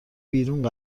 بیرون